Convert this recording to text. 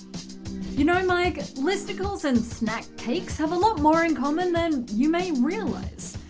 you know like listicles and snack cakes have a lot more in common than you may realize.